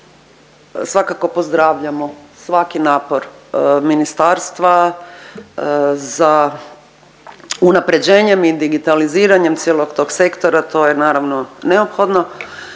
Svakako pozdravljamo svaki napor ministarstva za unapređenjem i digitaliziranjem cijelog tog sektora, to je naravno neophodno